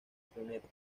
planeta